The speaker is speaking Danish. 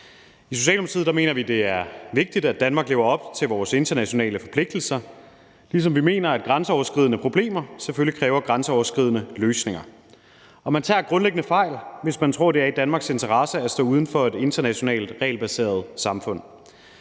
I Socialdemokratiet mener vi, det er vigtigt, at Danmark lever op til sine internationale forpligtelser, ligesom vi mener, at grænseoverskridende problemer selvfølgelig kræver grænseoverskridende løsninger. Man tager grundlæggende fejl, hvis man tror, det er i Danmarks interesse at stå uden for et internationalt regelbaseret samfund,